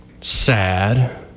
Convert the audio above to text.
sad